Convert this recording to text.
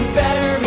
better